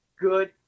good